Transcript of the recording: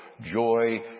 joy